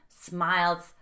smiles